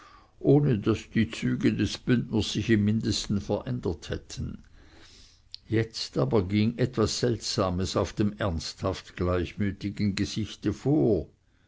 ohne daß die züge des bündners sich im mindesten verändert hätten jetzt aber ging etwas seltsames auf dem ernsthaft gleichmütigen gesichte vor